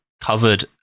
covered